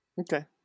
okay